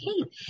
Okay